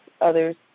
others